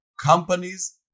Companies